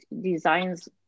designs